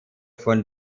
von